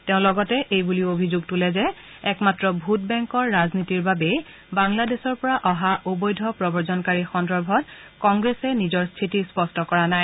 তেওঁ লগতে এইবুলিও অভিযোগ তোলে যে একমাত্ৰ ভোট বেংকৰ ৰাজনীতিৰ বাবেই বাংলাদেশৰ পৰা অহা অবৈধ প্ৰৱজনকাৰী সন্দৰ্ভত কংগ্ৰেছে নিজৰ স্থিতি স্পষ্ট কৰা নাই